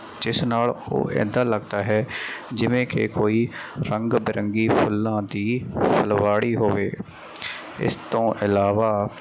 ਜਿਸ ਨਾਲ ਉਹ ਇੱਦਾਂ ਲੱਗਦਾ ਹੈ ਜਿਵੇਂ ਕਿ ਕੋਈ ਰੰਗ ਬਿਰੰਗੀ ਫੁੱਲਾਂ ਦੀ ਫੁਲਵਾੜੀ ਹੋਵੇ ਇਸ ਤੋਂ ਇਲਾਵਾ